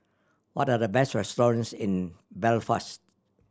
what are the best restaurants in Belfast